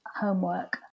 homework